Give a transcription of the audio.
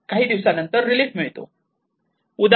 काही दिवसांनंतर रिलीफ मिळतो